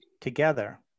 together